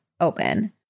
open